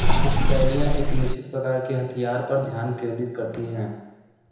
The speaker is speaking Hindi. कुछ शैलियाँ एक निश्चित प्रकार के हथियार पर ध्यान केंद्रित करती हैं